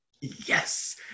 Yes